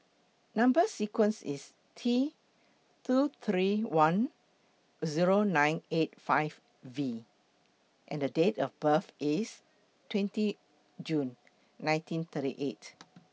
Number sequence IS T two three one Zero nine eight five V and Date of birth IS twenty June nineteen thirty eight